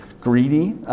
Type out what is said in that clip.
greedy